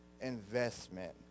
investment